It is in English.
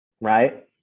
right